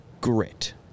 Grit